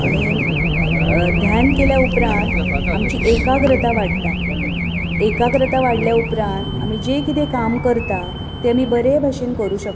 आनी ध्यान केल्या उपरांत आमची एकाग्रता वाडटा एकाग्रता वाडल्या उपरांत आमी जे कितें काम करता ते आमी बरें भाशेन करूंक शकता